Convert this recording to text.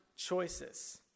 choices